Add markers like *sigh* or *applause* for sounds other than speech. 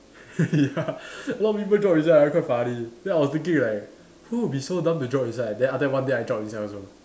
*laughs* ya a lot of people drop inside one quite funny then I was thinking like who would be dumb to drop inside then after that one day I drop inside also